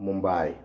Mumbai